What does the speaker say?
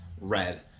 red